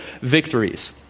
victories